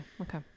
okay